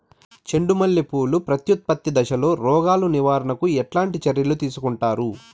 చెండు మల్లె పూలు ప్రత్యుత్పత్తి దశలో రోగాలు నివారణకు ఎట్లాంటి చర్యలు తీసుకుంటారు?